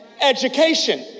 education